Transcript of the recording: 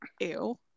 ew